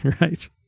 right